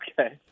Okay